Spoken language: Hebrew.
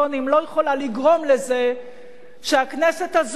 לא יכולה לגרום לזה שהכנסת הזאת,